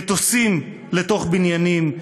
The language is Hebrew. מטוסים לתוך בניינים?